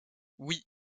oui